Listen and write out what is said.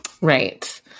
Right